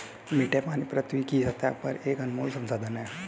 मीठे पानी पृथ्वी की सतह पर एक अनमोल संसाधन है